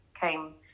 came